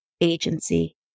agency